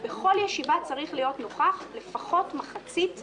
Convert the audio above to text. ובכל ישיבה צריך להיות נוכח לפחות מחצית ממשכה.